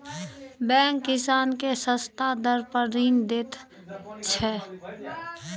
bank किसान केँ सस्ता दर पर ऋण दैत छै